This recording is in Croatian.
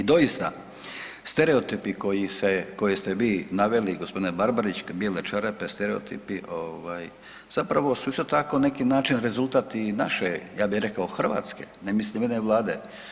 I doista stereotipi koje ste vi naveli gospodine Barbarić „bijele čarape“ stereotipi, zapravo su isto tako na neki rezultat i naše ja bih rekao Hrvatske ne mislim njene Vlade.